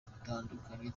dutandukanye